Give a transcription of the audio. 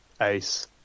ace